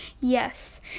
Yes